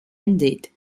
ended